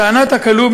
לטענת הכלוא,